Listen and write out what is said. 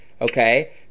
okay